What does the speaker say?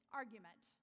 argument